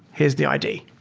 here's the id.